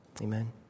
amen